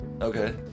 Okay